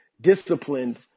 disciplined